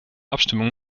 abstimmung